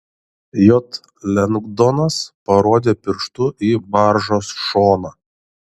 j lengdonas parodė pirštu į baržos šoną